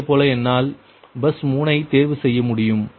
அதேபோல என்னால் பஸ் 3 ஐ தேர்வு செய்ய முடியும்